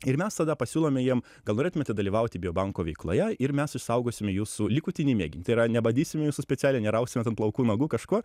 ir mes tada pasiūlome jiem gal norėtumėte dalyvauti biobanko veikloje ir mes išsaugosime jūsų likutinį mėginį tai yra nebadysim jūsų specialiai nerausime ten plaukų nagų kažko